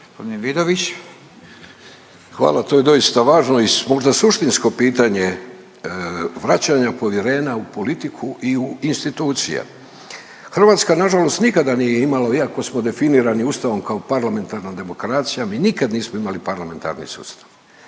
Hvala. To je doista važno i možda suštinsko pitanje vraćanja povjerenja u politiku i u institucije. Hrvatska na žalost nikada nije imala iako smo definirani Ustavom kao parlamentarna demokracija mi nikad nismo imali parlamentarni sustav.